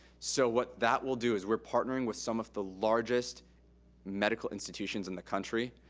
so what that will do is we're partnering with some of the largest medical institutions in the country.